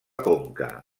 conca